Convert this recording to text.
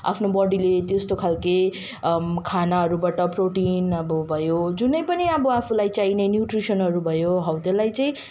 आफ्नो बडीले त्यस्तो खालके खानाहरूबाट प्रोटिन अब भयो जुनै पनि अब आफूलाई चाहिने न्युट्रिसनहरू भयो हौ त्यसलाई चाहिँ